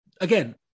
Again